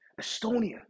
Estonia